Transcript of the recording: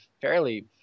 fairly